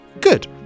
Good